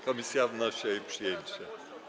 Komisja wnosi o jej przyjęcie.